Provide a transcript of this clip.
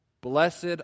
Blessed